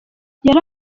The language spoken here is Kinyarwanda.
yari